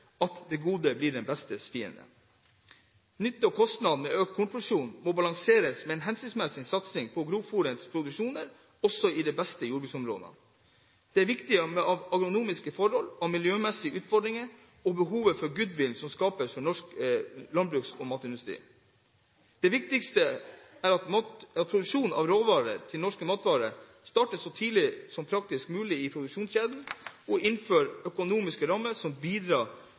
at det gode blir det bestes fiende. Nytte og kostnad med økt kornproduksjon må balanseres med en hensiktsmessig satsing på grovfôrkrevende produksjoner også i de beste jordbruksområdene. Det er viktig av agronomiske forhold, av miljømessige utfordringer og behovet for den goodwillen som skapes for norsk landbruks- og matindustri. Det viktigste er at produksjonen av råvarer til norske matvarer starter så tidlig som praktisk mulig i produksjonskjeden, og innenfor økonomiske rammer som bidrar